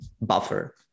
buffer